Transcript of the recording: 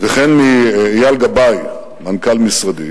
וכן מאייל גבאי, מנכ"ל משרדי,